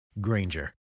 Granger